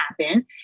happen